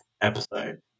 episode